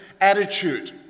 attitude